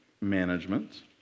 management